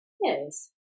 Yes